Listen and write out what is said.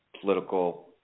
political